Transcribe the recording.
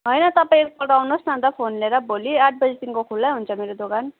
होइन तपाईँ एकपल्ट आउनुहोस् न अन्त फोन लिएर भोलि आठ बजीदेखिको खुल्लै हुन्छ मेरो दोकान